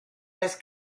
las